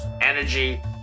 energy